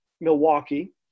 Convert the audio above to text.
Milwaukee